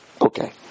Okay